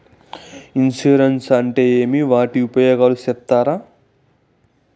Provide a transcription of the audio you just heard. Insurance అంటే ఏమి? వాటి ఉపయోగాలు సెప్తారా?